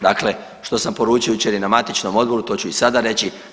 Dakle, što sam poručio jučer i na matičnom odboru to ću i sada reći.